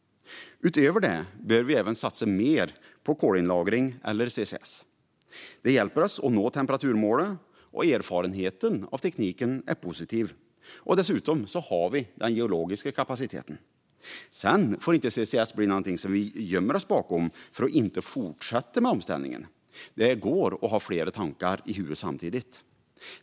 Utöver det bör vi även satsa mer på kolinlagring eller CCS. Det hjälper oss att nå temperaturmålet, och erfarenheten av tekniken är positiv. Dessutom har vi den geologiska kapaciteten. Sedan får inte CCS bli någonting som vi gömmer oss bakom för att inte fortsätta med omställningen. Det går att ha flera tankar i huvudet samtidigt.